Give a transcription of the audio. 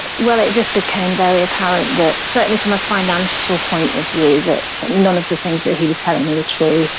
well, it just became very apparent that certainly from a financial point of view that none of the things that he was telling me were true.